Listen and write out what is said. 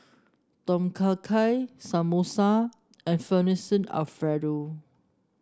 Tom Kha Gai Samosa and Fettuccine Alfredo